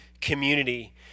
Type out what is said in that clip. community